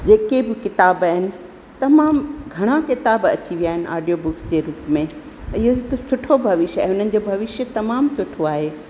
जेके बि किताब आहिनि तमामु घणा किताब अची विया आहिनि आडियो बुक्स जे रूप में त उहो हिकु सुठो भविष्य आहे उन्हनि जो भविष्य तमामु सुठो आहे